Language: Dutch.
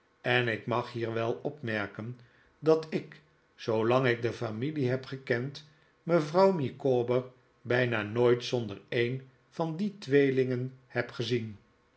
en ik mag hier wel opmerken dat ik zoolang ik de familie heb gekend mevrouw micawber bijna nooit zonder een van die tweelingen heb gezien